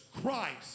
Christ